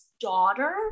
daughter